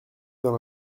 dans